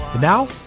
Now